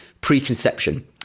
preconception